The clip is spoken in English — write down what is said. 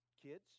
Kids